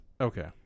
Okay